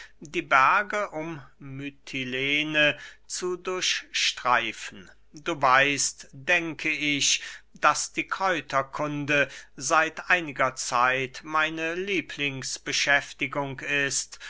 die berge um mytilene zu durchstreichen du weißt denke ich daß die kräuterkunde seit einiger zeit meine lieblingsbeschäftigung ist